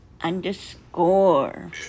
underscore